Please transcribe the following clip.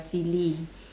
silly